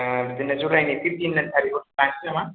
बिदिनो ज' रालायनोसै थिन थारिकखौनो लानोसै नामा